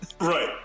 Right